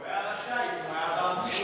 הוא היה רשאי אם הוא היה בא מצויד.